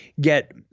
get